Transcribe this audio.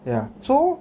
ya so